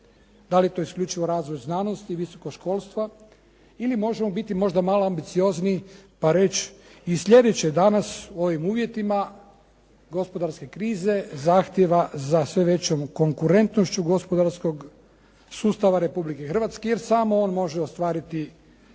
da li je to isključivo razvoj znanosti i visokog školstva ili možemo biti možda malo ambiciozniji pa reći i sljedeće danas u ovim uvjetima, gospodarske krize zahtjeva za sve većom konkurentnošću gospodarskog sustava Republike Hrvatske jer samo on može ostvariti